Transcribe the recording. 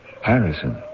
Harrison